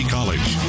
College